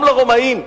גם לרומאים,